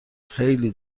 خیلی